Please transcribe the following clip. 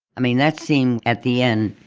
i mean, that scene at the end,